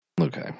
Okay